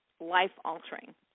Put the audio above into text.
life-altering